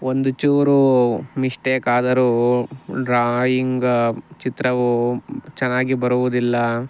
ಒಂದು ಚೂರು ಮಿಷ್ಟೇಕ್ ಆದರೂ ಡ್ರಾಯಿಂಗ್ ಚಿತ್ರವೂ ಚೆನ್ನಾಗಿ ಬರುವುದಿಲ್ಲ